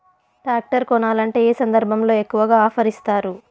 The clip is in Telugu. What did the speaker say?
టాక్టర్ కొనాలంటే ఏ సందర్భంలో ఎక్కువగా ఆఫర్ ఇస్తారు?